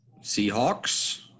Seahawks